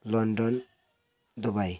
London Dubai